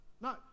no